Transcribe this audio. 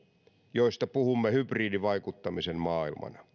joista puhumme hybridivaikuttamisen maailmana jossa